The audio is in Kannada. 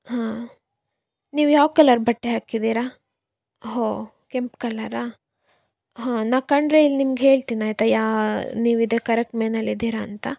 ಹಾಂ ನೀವು ಯಾವ ಕಲರ್ ಬಟ್ಟೆ ಹಾಕಿದ್ದೀರಾ ಓಹ್ ಕೆಂಪು ಕಲ್ಲರಾ ಹಾಂ ನಾನು ಕಂಡರೆ ಇಲ್ಲಿನಿಮ್ಗೆ ಹೇಳ್ತೀನಿ ಆಯಿತಾ ಯಾ ನೀವು ಇದೇ ಕರೆಕ್ಟ್ ಮೇನಲ್ಲಿ ಇದ್ದೀರಾ ಅಂತ